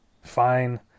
Fine